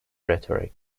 rhetoric